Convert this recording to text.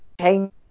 change